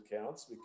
accounts